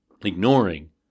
ignoring